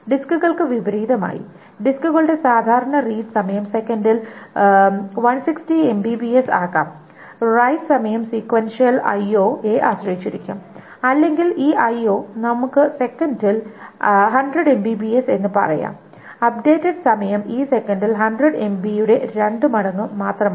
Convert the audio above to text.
ഡിസ്കുകൾക്ക് വിപരീതമായി ഡിസ്കുകളുടെ സാധാരണ റീഡ് സമയം സെക്കൻഡിൽ 160 MB ആകാം റൈറ്റ് സമയം സീക്വൻഷ്യൽ IO യെ ആശ്രയിച്ചിരിക്കും അല്ലെങ്കിൽ ഈ IO നമുക്ക് സെക്കൻഡിൽ 100 MB എന്ന് പറയാം അപ്ഡേറ്റ് സമയം ഈ സെക്കൻഡിൽ 100 MB യുടെ രണ്ട് മടങ്ങു മാത്രമാണ്